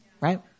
right